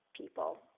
people